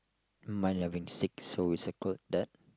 mine having six so we circled that